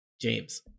James